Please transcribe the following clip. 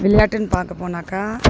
விளையாட்டுன்னு பார்க்கப்போனாக்கா